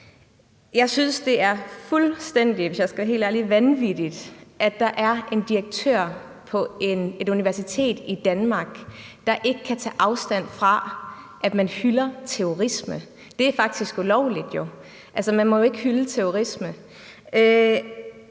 Jeg synes, det er fuldstændig vanvittigt, hvis jeg skal være helt ærlig, at der er en direktør på et universitet i Danmark, der ikke kan tage afstand fra, at man hylder terrorisme. Det er faktisk ulovligt, altså man må jo ikke hylde terrorisme.